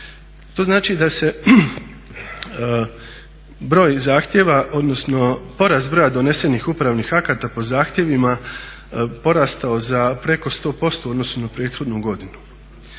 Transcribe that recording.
To znači da se broj zahtjeva, odnosno porast broja donesenih upravnih akata po zahtjevima porastao za preko 100% u odnosu na prethodnu godinu.